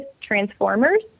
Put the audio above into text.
transformers